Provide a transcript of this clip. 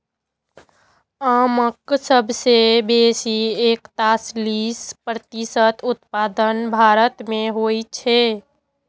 आमक सबसं बेसी एकतालीस प्रतिशत उत्पादन भारत मे होइ छै